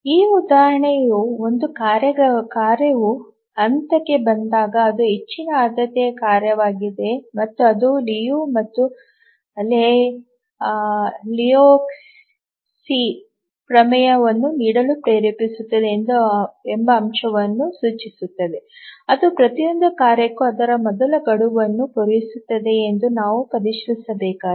ಈ ಉದಾಹರಣೆಯು ಒಂದು ಕಾರ್ಯವು ಹಂತಕ್ಕೆ ಬಂದಾಗ ಅದು ಹೆಚ್ಚಿನ ಆದ್ಯತೆಯ ಕಾರ್ಯವಾಗಿದೆ ಮತ್ತು ಇದು ಲಿಯು ಮತ್ತು ಲೆಹೋಜ್ಕೈಟೊ ಪ್ರಮೇಯವನ್ನು ನೀಡಲು ಪ್ರೇರೇಪಿಸುತ್ತದೆ ಎಂಬ ಅಂಶವನ್ನು ಸೂಚಿಸುತ್ತದೆ ಅದು ಪ್ರತಿಯೊಂದು ಕಾರ್ಯಕ್ಕೂ ಅದರ ಮೊದಲ ಗಡುವನ್ನು ಪೂರೈಸುತ್ತದೆಯೇ ಎಂದು ನಾವು ಪರಿಶೀಲಿಸಬೇಕಾಗಿದೆ